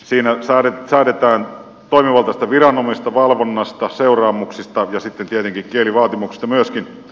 siinä säädetään toimivaltaisista viranomaisista valvonnasta seuraamuksista ja sitten tietenkin kielivaatimuksista myöskin